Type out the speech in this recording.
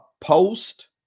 post